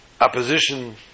opposition